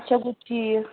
اچھا گوٚو ٹھیٖک